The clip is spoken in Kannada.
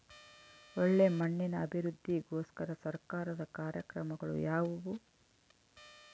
ಒಳ್ಳೆ ಮಣ್ಣಿನ ಅಭಿವೃದ್ಧಿಗೋಸ್ಕರ ಸರ್ಕಾರದ ಕಾರ್ಯಕ್ರಮಗಳು ಯಾವುವು?